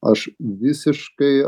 aš visiškai